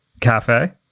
cafe